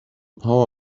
power